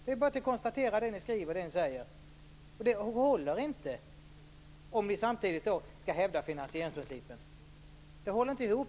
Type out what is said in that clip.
Det är bara att konstatera detta av det ni skriver och säger. Det håller inte, om man samtidigt skall hävda finansieringsprincipen.